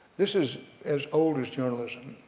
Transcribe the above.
this is as old as journalism.